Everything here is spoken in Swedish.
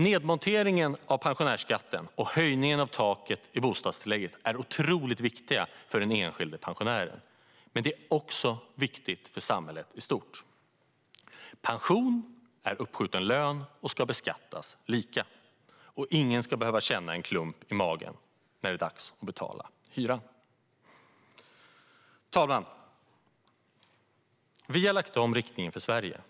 Nedmonteringen av pensionärsskatten och höjningen av taket för bostadstillägget är otroligt viktiga saker för den enskilde pensionären men också för samhället i stort. Pension är uppskjuten lön och ska beskattas likadant som lön. Ingen ska behöva känna en klump i magen när det dags att betala hyran. Fru talman! Vi har lagt om riktningen för Sverige.